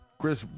Chris